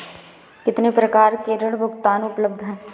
कितनी प्रकार के ऋण भुगतान उपलब्ध हैं?